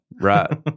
right